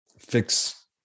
fix